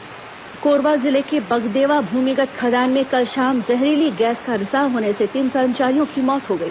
कोरबा खदान हादसा कोरबा जिले के बगदेवा भूमिगत खदान में कल शाम जहरीली गैस का रिसाव होने से तीन कर्मचारियों की मौत हो गई